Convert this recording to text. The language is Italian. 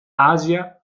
asia